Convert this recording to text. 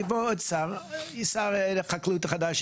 יהיה פה עוד שר חקלאות חדש,